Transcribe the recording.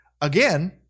again